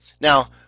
now